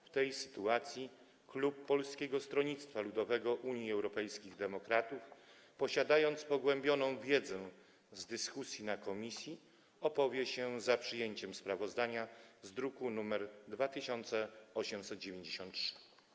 W tej sytuacji Klub Polskiego Stronnictwa Ludowego - Unii Europejskich Demokratów, posiadając pogłębioną wiedzę z dyskusji na posiedzeniu komisji, opowie się za przyjęciem sprawozdania z druku nr 2893.